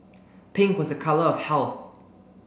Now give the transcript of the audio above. pink was a colour of health